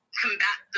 combat